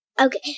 Okay